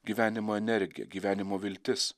gyvenimo energija gyvenimo viltis